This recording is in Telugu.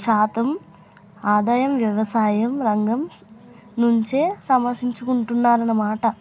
శాతం ఆదాయం వ్యవసాయం రంగం నుంచి సమసించుకుంటున్నారన్న మాట